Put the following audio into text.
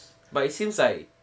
but it seems like